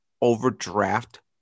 overdraft